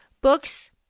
books